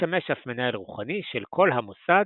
שמשמש אף מנהל רוחני של כל המוסד,